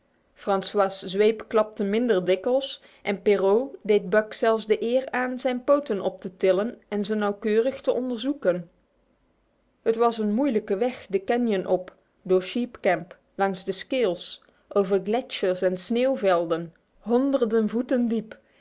atevn frcois'zwp klapte minder dikwijls en perrault deed buck zelfs de eer aan zijn poten op te tillen en ze nauwkeurig te onderzoeken het was een moeilijke weg de canon op door sheep camp langs de scales over gletschers en sneeuwvelden honderden voeten diep